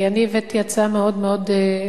אני הבאתי הצעה מאוד רחבה,